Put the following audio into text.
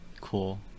cool